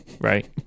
right